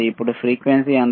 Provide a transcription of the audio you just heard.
ఇప్పుడు ఫ్రీక్వెన్సీ ఎంత